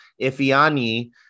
Ifiani